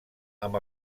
amb